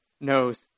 knows